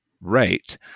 right